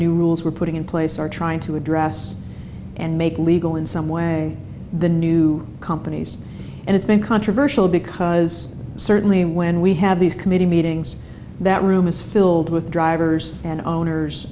new rules we're putting in place are trying to address and make legal in some way the new companies and it's been controversial because certainly when we have these committee meetings that room is filled with drivers and owners